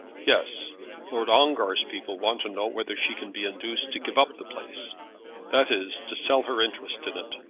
yes lord ongar's people want to know whether she can be induced to give up the place that is, to sell her interest in it.